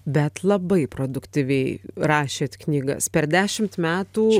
bet labai produktyviai rašėt knygas per dešimt metų